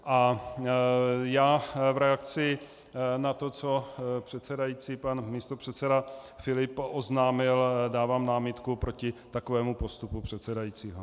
V reakci na to, co předsedající místopředseda Filip oznámil, dávám námitku proti takovému postupu předsedajícího.